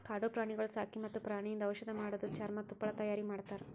ಕಾಡು ಪ್ರಾಣಿಗೊಳ್ ಸಾಕಿ ಮತ್ತ್ ಪ್ರಾಣಿಯಿಂದ್ ಔಷಧ್ ಮಾಡದು, ಚರ್ಮ, ತುಪ್ಪಳ ತೈಯಾರಿ ಮಾಡ್ತಾರ